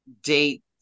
date